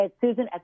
Susan